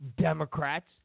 Democrats